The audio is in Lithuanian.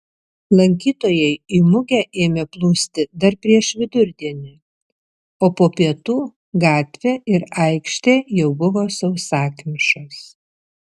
lankytojai į mugę ėmė plūsti dar prieš vidurdienį o po pietų gatvė ir aikštė jau buvo sausakimšos